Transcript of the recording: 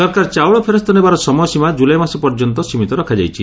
ସରକାର ଚାଉଳ ଫେରସ୍ତ ନେବାର ସମୟସୀମା ଜୁଲାଇ ମାସ ପର୍ଯ୍ୟନ୍ତ ସୀମିତ ରଖାଯାଇଛି